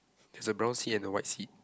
there's a brown seat and a white seat